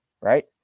right